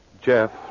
Jeff